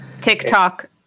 TikTok